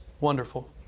wonderful